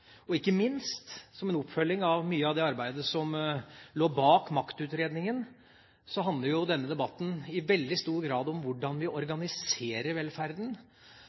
Og ikke minst, som en oppfølging av mye av det arbeidet som lå bak maktutredningen, handler jo denne debatten i veldig stor grad om hvordan vi organiserer velferden